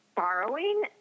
Borrowing